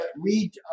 read